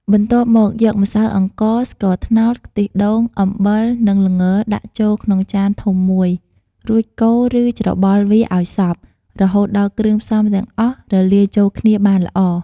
បន្ទាប់មក យកម្សៅអង្ករ ស្ករត្នោត ខ្ទិះដូង អំបិល និងល្ងដាក់ចូលក្នុងចានធំមួយ រួចកូរ ឬច្របល់វាឱ្យសព្វ រហូតដល់គ្រឿងផ្សំទាំងអស់រលាយចូលគ្នាបានល្អ។